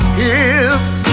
hips